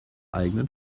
eigenen